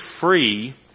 free